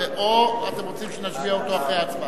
או שאתם רוצים שנשביע אותו אחרי ההצבעה.